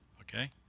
okay